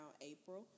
April